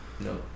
No